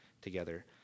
together